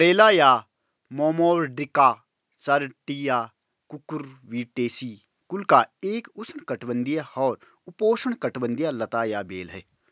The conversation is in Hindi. करेला या मोमोर्डिका चारैन्टिया कुकुरबिटेसी कुल की एक उष्णकटिबंधीय और उपोष्णकटिबंधीय लता या बेल है